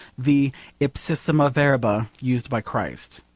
the ipsissima verba, used by christ.